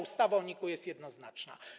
Ustawa o NIK jest jednoznaczna.